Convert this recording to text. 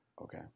Okay